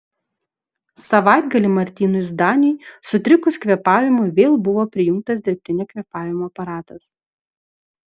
savaitgalį martynui zdaniui sutrikus kvėpavimui vėl buvo prijungtas dirbtinio kvėpavimo aparatas